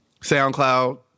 SoundCloud